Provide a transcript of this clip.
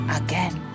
again